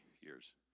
years